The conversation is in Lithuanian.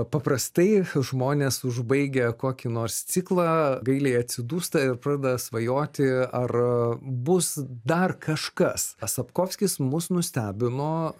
paprastai žmonės užbaigia kokį nors ciklą gailiai atsidūsta ir pradeda svajoti ar bus dar kažkas sapkovskis mus nustebino